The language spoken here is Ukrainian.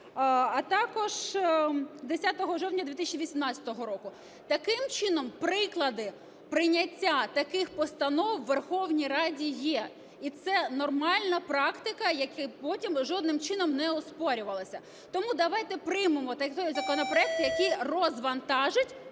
а також 10 жовтня 2018 року. Таким чином, приклади прийняття таких постанов у Верховній Раді є, і це нормальна практика, яка потім жодним чином не оспорювалася. Тому давайте приймемо такий законопроект, який розвантажить